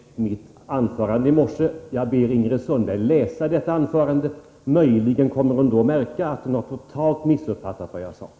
Herr talman! Ingrid Sundberg angrep mitt anförande i morse. Jag ber Ingrid Sundberg att läsa detta anförande. Möjligen kommer hon då att märka att hon totalt missuppfattat vad jag sade.